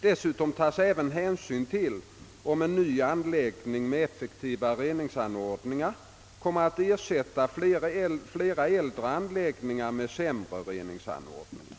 Dessutom tas även hänsyn till om en ny anläggning med effektivare reningsanordningar kommer att ersätta flera äldre anläggningar med sämre reningsanordningar.